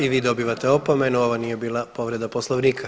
I vi dobivate opomenu, ovo nije bila povreda poslovnika.